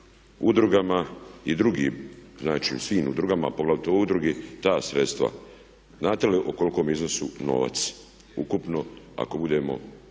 udrugama i drugim znači svim udrugama, a poglavito ovoj udruzi ta sredstva? Znate li o kolikom je iznosu novca riječ ukupno ako budemo